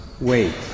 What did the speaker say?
wait